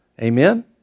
Amen